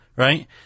Right